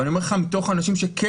אבל אני אומר לך מתוך אנשים שכן,